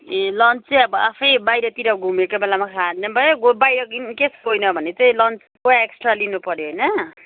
ए lunch चाहिँ अब आफै बाहिरतिर घुमेको बेलामा खाने भए बाहिर इन्केस गएन भने चाहिँ लन्चको एक्स्ट्रा लिनुपऱ्यो होइन